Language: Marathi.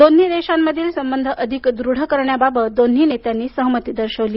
दोन्ही देशांमधील सबंध अधिक दृढ करण्याबाबत दोन्ही नेत्यांनी सहमती दर्शवली